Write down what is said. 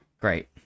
Great